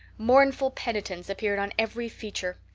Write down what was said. mournful penitence appeared on every feature.